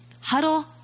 huddle